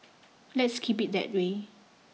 let's keep it that way